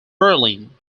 berlin